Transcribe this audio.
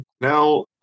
Now